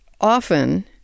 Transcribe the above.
often